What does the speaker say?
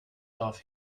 darauf